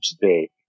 today